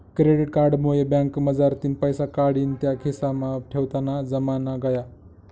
credit card मुये बँकमझारतीन पैसा काढीन त्या खिसामा ठेवताना जमाना गया